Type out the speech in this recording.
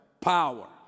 power